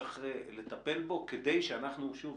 שצריך לטפל בו כדי שאנחנו, שוב,